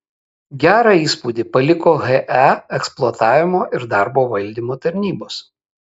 gerą įspūdį paliko he eksploatavimo ir darbo valdymo tarnybos